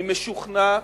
אני משוכנע,